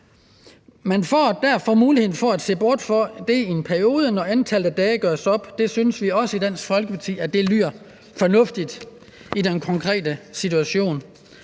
Man får mulighed for at se bort fra det i en periode, når antallet af dage gøres op. Det synes vi også i Dansk Folkeparti lyder fornuftigt i den konkrete situation.